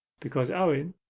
because owen,